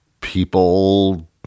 people